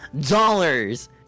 dollars